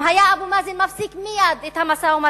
אם היה אבו מאזן מפסיק מייד את המשא-ומתן,